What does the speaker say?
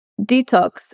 detox